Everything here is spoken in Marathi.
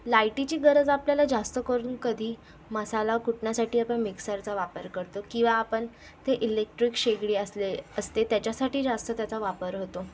लायटीची गरज आपल्याला जास्तकरून कधी मसाला कुटण्यासाठी आपण मिक्सरचा वापर करतो किंवा आपण ते इलेक्ट्रिक शेगडी असले असते त्याच्यासाठी जास्त त्याचा वापर होतो